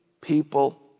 people